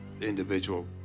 individual